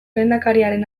lehendakariaren